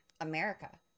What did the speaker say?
America